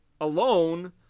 alone